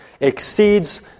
exceeds